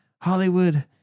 Hollywood